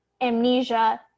amnesia